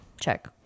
check